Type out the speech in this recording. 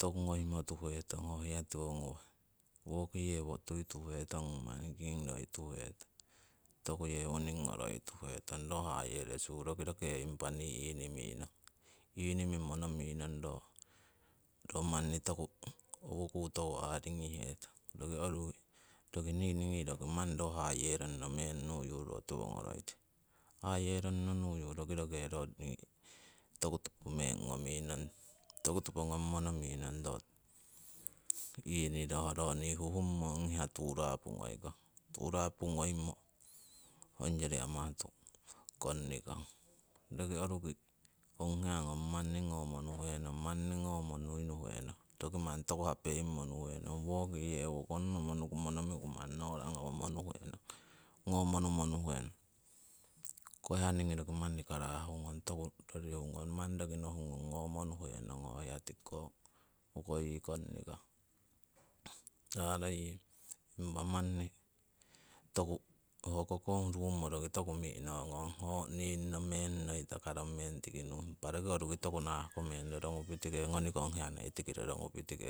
Toku ngoimo tuhetong ho hiya tiwo ngawah, woki yewo tuituhetong ko manni kingroi tuhetong, toku yewoning ngoroi tuhetong ro hayerosu roki impa inimimo nominong, inimimo nominong ro manni toku owo kuu toku aringihetong. Roki oruki niingi manni ro hayeronno meng nuyu ro tiwo ngoroitong, haye ronno nuyu roki roke toku topo ngominong toku topo meng ngomimo, toku topo ngomimo nominong roo ingiro ro nii huhmimo ong hia turapu ngoikong, turapu ngoimo ongyori amah konnikong. Roki oruki ong hiya ngong manni ngomo numo nuhenong roki manni toku hapeimimo nuhenong, woki yewo konnomo nuku monomiku manni no'ra ngomo nuhenong, ngomo numo nuhenong. Hoko hiya niingi manni karahungong toku rorihungong manni roki nohungong ngomo nuhenong hoko hiya tiki ko ukoyi konnikong taroying? Impa manni toku hoko koh ruumo roki toku mi'no ngong ho ninno meng noita karo meng tiki nuh impa toku nah hoko rorongupitike ngonikong hiya rorongupitike